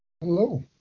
Hello